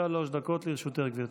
בבקשה, שלוש דקות לרשותך גברתי.